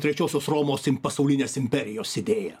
trečiosios romos im pasaulinės imperijos idėją